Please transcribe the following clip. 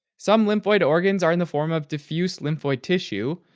some lymphoid organs are in the form of diffuse lymphoid tissue,